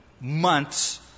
months